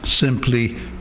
simply